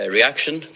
reaction